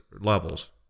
levels